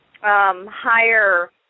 higher